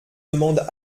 demande